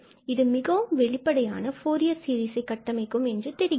இது மிகவும் வெளிப்படையாக ஃபூரியர் சீரிசை கட்டமைக்கும் என்று தெரிகிறது